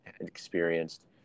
experienced